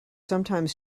sometimes